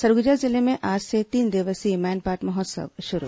सरगुजा जिले में आज से तीन दिवसीय मैनपाट महोत्सव शुरू